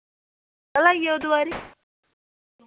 कल आई जाओ दपैह्री